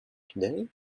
today